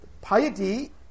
Piety